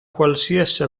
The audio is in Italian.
qualsiasi